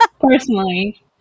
Personally